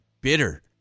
bitter